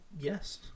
Yes